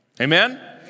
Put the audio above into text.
Amen